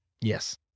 Yes